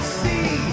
see